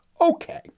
Okay